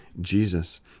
Jesus